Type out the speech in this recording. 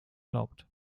glaubt